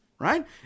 right